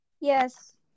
Yes